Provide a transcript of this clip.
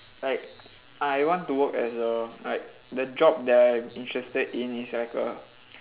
like I want to work as a like the job that I am interested in is like a